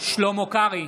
שלמה קרעי,